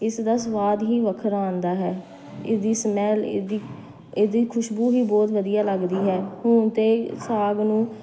ਇਸ ਦਾ ਸਵਾਦ ਹੀ ਵੱਖਰਾ ਆਉਂਦਾ ਹੈ ਇਸਦੀ ਸਮੈਲ ਇਹਦੀ ਇਹਦੀ ਖੁਸ਼ਬੂ ਹੀ ਬਹੁਤ ਵਧੀਆ ਲੱਗਦੀ ਹੈ ਹੁਣ ਤਾਂ ਸਾਗ ਨੂੰ